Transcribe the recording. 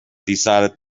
decided